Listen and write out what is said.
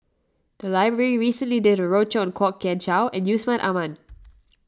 the library recently did a roadshow on Kwok Kian Chow and Yusman Aman